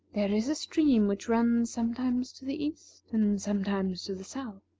there is a stream which runs sometimes to the east and sometimes to the south,